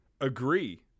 agree